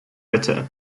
litter